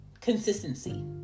consistency